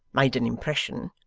made an impression.